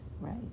right